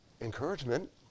encouragement